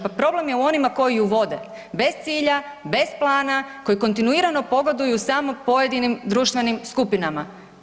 Pa problem je u onima koji ju vode, bez cilja, bez plana, koji kontinuirano pogoduju samo pojedinim društvenim skupinama.